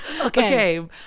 Okay